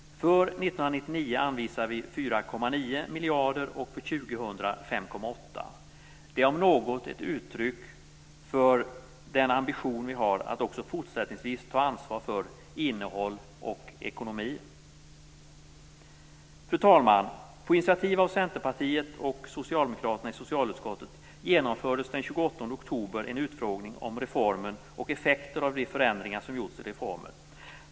För 1999 anvisar vi 4,9 miljarder och för 2000 5,8 miljarder. Detta om något är ett uttryck för den ambition vi har att också fortsättningsvis ta ansvar för innehåll och ekonomi. Fru talman! På initiativ av Centerpartiet och Socialdemokraterna i socialutskottet genomfördes den 28 oktober en utfrågning om reformen och effekter av de förändringar som gjorts i reformen.